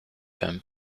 him